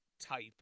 type